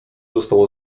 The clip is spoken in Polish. zostało